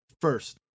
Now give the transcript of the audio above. first